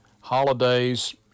holidays